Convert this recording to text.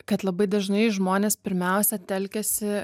kad labai dažnai žmonės pirmiausia telkiasi